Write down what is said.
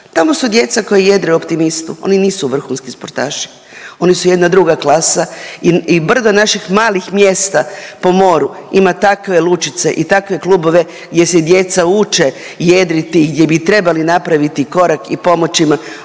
Tamo su djeca koja jedre u optimistu, oni nisu vrhunski sportaši. Oni su jedna druga klasa i brdo naših malih mjesta po moru ima takve lučice i takve klubove gdje se djeca uče jedriti i gdje bi trebali napraviti korak i pomoći im,